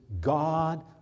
God